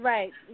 Right